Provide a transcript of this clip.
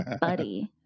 buddy